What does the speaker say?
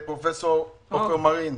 לפרופ' עופר מרין,